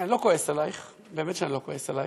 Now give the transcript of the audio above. אני לא כועס עלייך, באמת שאני לא כועס עלייך,